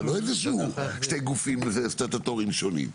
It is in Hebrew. זה לא שני גופים סטטוטורים שונים,